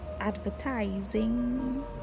advertising